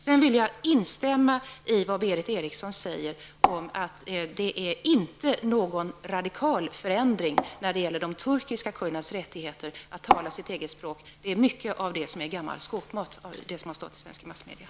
Jag vill instämma i det som Berith Eriksson sade om att det inte har skett någon radikal förändring när det gäller de turkiska kurdernas rätt att tala sitt eget språk. Mycket av det som har stått i svensk massmedia är gammal skåpmat.